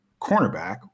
cornerback